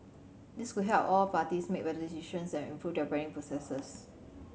this could help all parties make better decisions and improve their planning processes